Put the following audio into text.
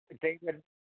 David